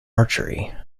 archery